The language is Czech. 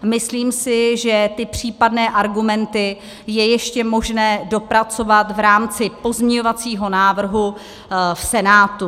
Myslím si, že ty případné argumenty je ještě možné dopracovat v rámci pozměňovacího návrhu v Senátu.